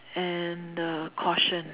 and uh caution